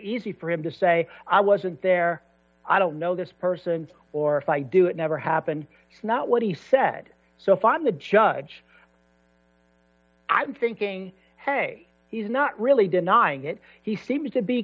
easy for him to say i wasn't there i don't know this person or if i do it never happened not what he said so if i'm the judge i'm thinking hey he's not really denying it he seems to be